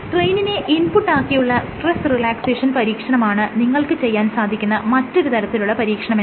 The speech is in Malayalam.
സ്ട്രെയ്നിനെ ഇൻപുട് ആക്കിയുള്ള സ്ട്രെസ് റിലാക്സേഷൻ പരീക്ഷണമാണ് നിങ്ങൾക്ക് ചെയ്യാൻ സാധിക്കുന്ന മറ്റൊരു തരത്തിലുള്ള പരീക്ഷണമെന്നത്